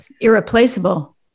irreplaceable